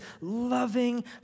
loving